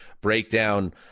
breakdown